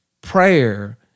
prayer